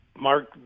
Mark